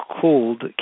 called